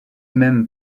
même